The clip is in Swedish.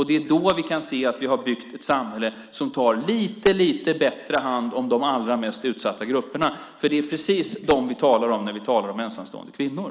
Det är då vi kan se att vi har byggt ett samhälle som tar lite bättre hand om de allra mest utsatta grupperna. För det är precis dem som vi talar om när vi talar om ensamstående kvinnor.